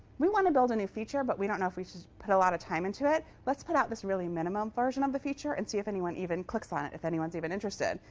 we want to build a new feature, but we don't know if we should put a lot of time into it. let's put out this really minimum version of the feature and see if anyone even clicks on it, if anyone's even interested.